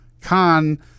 Khan